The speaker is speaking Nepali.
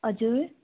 हजुर